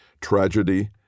Tragedy